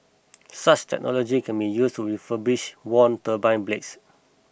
such technology can be used to refurbish worn turbine blades